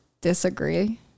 disagree